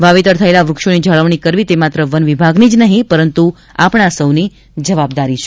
વાવેતર થયેલા વ્રક્ષોની જાળવણી કરવી તે માત્ર વનવિભાગની જ નહીં પરંતુ આપણા સૌની જવાબદારી છે